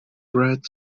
bread